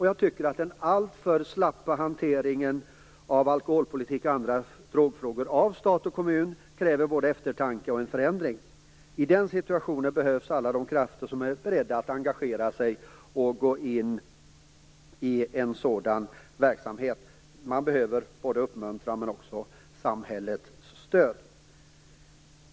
Jag tycker att den alltför slappa hanteringen av alkoholpolitiken och andra drogfrågor av stat och kommun kräver både eftertanke och en förändring. I den situationen behövs alla de krafter som är beredda att engagera sig och gå in i en sådan här verksamhet. Man behöver både uppmuntran och samhällets stöd.